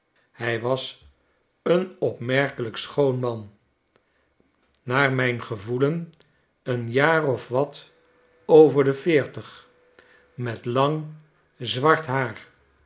hij was een opmerkelijk schoon man naar naar st louis mijn gevoelen een jaar of wat over de veertig met lang zwart haar